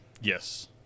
Yes